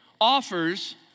offers